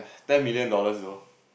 ten million dollars though